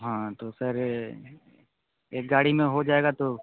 हाँ तो सर ये एक गाड़ी में हो जाएगा तो